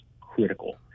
critical